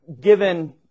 given